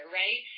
right